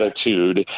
attitude